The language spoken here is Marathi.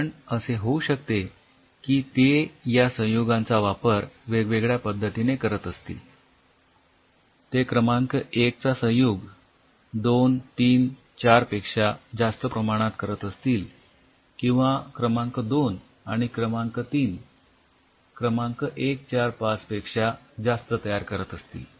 कारण असे होऊ शकते की ते या संयुगांचा वापर वेगवेगळ्या पद्धतीने करत असतील ते क्रमांक १ चा संयुग २३४ पेक्षा जास्त प्रमाणात तयार करत असतील किंवा क्रमांक २ आणि ३ क्रमांक १४५ पेक्षा जास्त तयार करत असतील